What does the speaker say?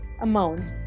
amounts